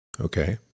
Okay